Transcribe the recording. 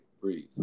breathe